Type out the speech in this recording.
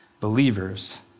believers